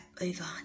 over